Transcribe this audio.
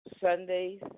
Sundays